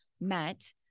met